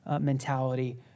mentality